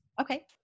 Okay